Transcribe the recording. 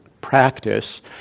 practice